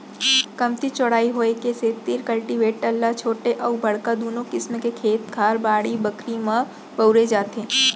कमती चौड़ाई होय के सेतिर कल्टीवेटर ल छोटे अउ बड़का दुनों किसम के खेत खार, बाड़ी बखरी म बउरे जाथे